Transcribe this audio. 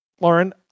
Lauren